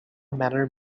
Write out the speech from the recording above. manor